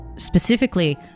Specifically